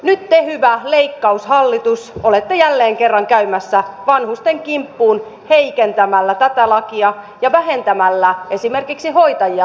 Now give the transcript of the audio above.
nyt te hyvä leikkaushallitus olette jälleen kerran käymässä vanhusten kimppuun heikentämällä tätä lakia ja vähentämällä esimerkiksi hoitajia laitoksista